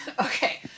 Okay